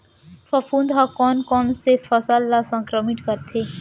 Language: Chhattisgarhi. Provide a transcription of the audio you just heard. फफूंद ह कोन कोन से फसल ल संक्रमित करथे?